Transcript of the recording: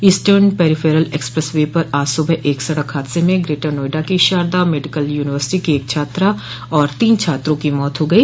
eastern peripheral expressway पर आज सुबह एक सड़क हादसे में ग्रेटर नोएडा की शारदा मेडिकल यूनिवर्सिटी की एक छात्रा और तीन छात्रों की मौत हो गई